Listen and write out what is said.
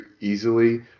easily